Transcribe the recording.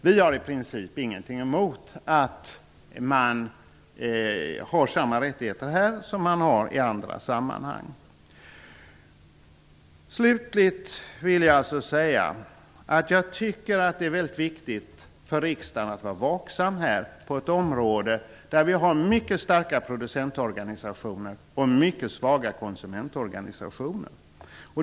Vi har i princip ingenting emot att man har samma rättigheter här som i andra sammanhang. Jag tycker att det är viktigt för riksdagen att vara vaksam på detta område där det finns mycket starka producentorganisationer och mycket svaga konsumentorganisationer.